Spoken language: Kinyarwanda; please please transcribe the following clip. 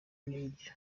n’ibiryo